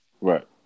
Right